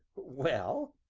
well?